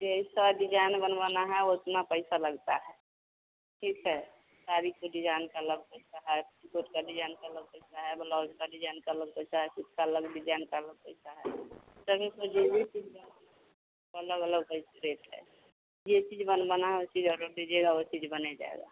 जैसा डिजाइन बनवाना है उतना पैसा लगता है ठीक है सारी के डिजाइन का अलग पैसा है पेटीकोट का डिजाइन का अलग पैसा है ब्लाउज का डिजाइन का अलग पैसा है कुछ का अलग डिजाइन का अलग पैसा है तो अलग अलग ऐसे रेट है जो चीज बनवाना है ओ चीज ऑडर दीजिएगा ओ चीज बन जाएगा